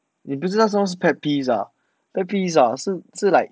你不知道什么是 pet peeves ah pet peeves ah 是是 like